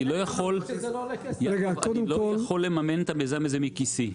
אני לא יכול לממן את המיזם הזה מכיסי,